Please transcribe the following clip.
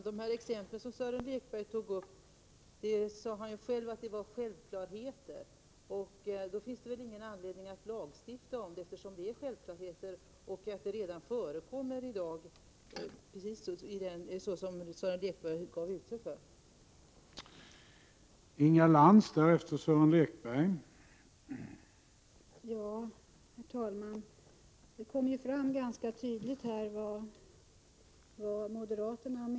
Herr talman! De exempel som Sören Lekberg nämnde sade han själv var självklarheter. Då finns det väl ingen anledning att lagstifta om detta, eftersom det är självklarheter och eftersom det Sören Lekberg gav uttryck för redan förekommer i dag.